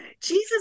Jesus